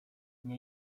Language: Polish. nie